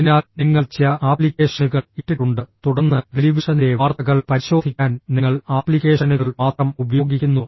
അതിനാൽ നിങ്ങൾ ചില ആപ്ലിക്കേഷനുകൾ ഇട്ടിട്ടുണ്ട് തുടർന്ന് ടെലിവിഷനിലെ വാർത്തകൾ പരിശോധിക്കാൻ നിങ്ങൾ ആപ്ലിക്കേഷനുകൾ മാത്രം ഉപയോഗിക്കുന്നു